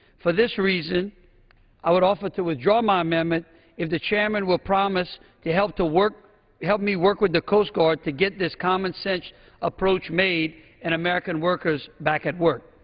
for this reason i would offer to withdraw my amendment if the chairman will promise to help to work help me work with the coast guard to get this commonsense approach made and american workers back at work.